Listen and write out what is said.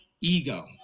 Ego